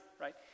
right